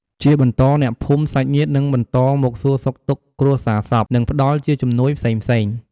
ជាបន្ត អ្នកភូមិ សាច់ញាតិ នឹងបន្តមកសួរសុខទុក្ខគ្រួសាររសព និងផ្តល់ជាជំនួយផ្សេងៗ។